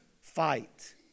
fight